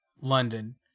London